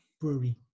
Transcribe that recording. Brewery